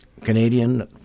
Canadian